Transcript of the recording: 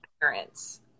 parents